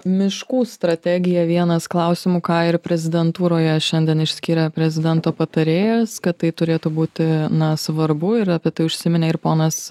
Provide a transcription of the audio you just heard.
miškų strategija vienas klausimų ką ir prezidentūroje šiandien išskyrė prezidento patarėjas kad tai turėtų būti na svarbu ir apie tai užsiminė ir ponas